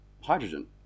hydrogen